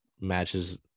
matches